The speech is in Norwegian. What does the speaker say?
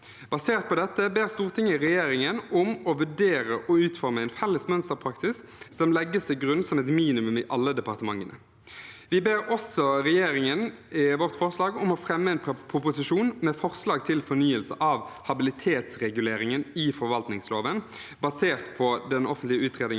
Basert på dette ber Stortinget regjeringen om å vurdere å utforme en felles mønsterpraksis som legges til grunn som et minimum i alle departementene. Vi ber også regjeringen fremme en proposisjon med forslag til fornyelse av habilitetsreguleringen i forvaltningsloven, basert på NOU 2019: 5.